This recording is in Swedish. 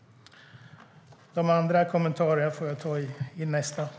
De övriga synpunkterna tar jag upp i mitt nästa inlägg.